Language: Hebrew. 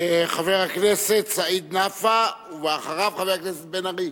חבר הכנסת סעיד נפאע, ואחריו, חבר הכנסת בן-ארי.